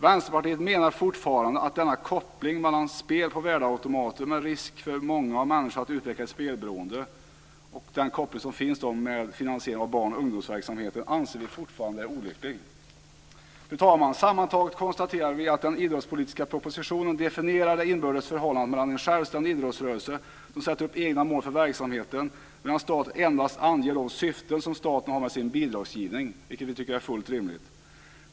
Vänsterpartiet menar fortfarande att denna koppling mellan spel på värdeautomater, med risk för många människor att utveckla ett spelberoende, och finansiering av barn och ungdomsverksamheten är olycklig. Fru talman! Sammantaget konstaterar vi att den idrottspolitiska propositionen definierar det inbördes förhållandet mellan en självständig idrottsrörelse, som sätter upp egna mål för verksamheten, och staten, som endast anger de syften som staten har med sin bidragsgivning. Det tycker vi är fullt rimligt.